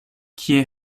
kie